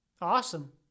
Awesome